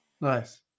nice